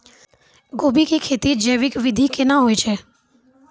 गोभी की खेती जैविक विधि केना हुए छ?